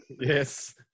Yes